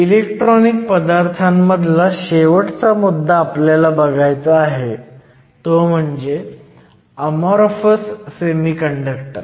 electronic पदार्थांमधला शेवटचा मुद्दा आपल्याला बघायचा आहे तो म्हणजे अमॉरफस सेमीकंडक्टर